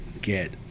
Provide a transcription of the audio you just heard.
get